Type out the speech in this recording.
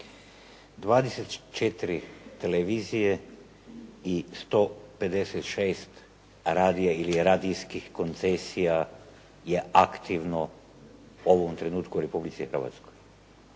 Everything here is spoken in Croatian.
24 televizije i 156 radija ili radijskih koncesija je aktivno u ovom trenutku u Republici Hrvatskoj.